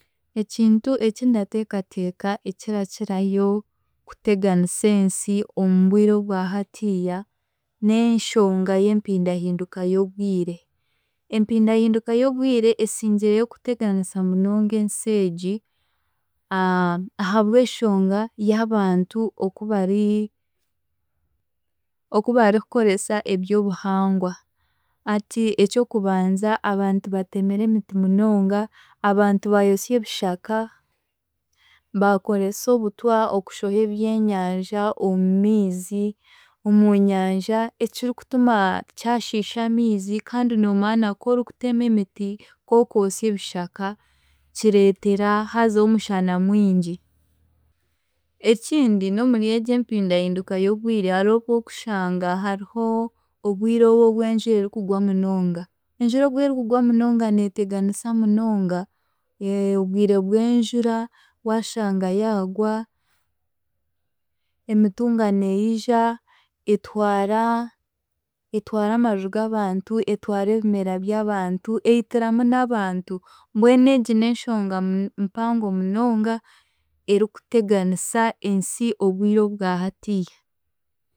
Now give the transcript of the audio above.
Ekintu eki ndateekateeka ekirakirayo kuteganisa ensi omu bwire obwa hatiiya n'enshonga y'empindahinduka y'obwire. Empindahinduka y'obwire esingireyo kuteganisa munonga ensi egi ahabw'eshonga y'abantu okubari okubari kukoresa eby'obuhangwa hati eky'okubanza abantu batemire emiti munonga, abantu baayosya ebishaka, baakoresa obutwa okushoha ebyenyanja omu miizi omu nyanja ekirikutuma kyashiisha amiizi kandi noomanya na ku orikutema emiti, ku orikwosa ebishaka kireetera haazaho omushana mwingi. Ekindi n'omuri egi empindahinduka y'obwire hariho obwokushanga hariho obwire obu obw'enjura erikugwa munonga, enjura obwerikugwa munonga neeteganisa munonga obwire bw'enjura waashanga yaagwa, emitunga neija etwara, etwara amaju g'abantu, etwara ebimera by'abantu, eitiramu n'abantu mbwenu egi n'enshonga muno mpango munonga erikuteganisa ensi obwire obwa hatiiya.